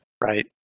Right